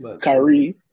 Kyrie